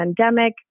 pandemic